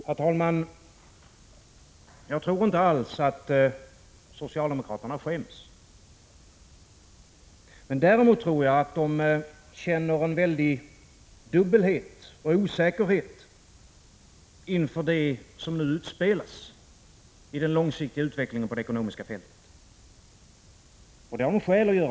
Herr talman! Jag tror inte alls att socialdemokraterna skäms. Däremot tror jag att de känner en väldig dubbelhet och osäkerhet inför den långsiktiga utveckling på det ekonomiska fältet som nu utspelas.